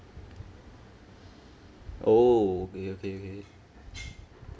oh okay okay okay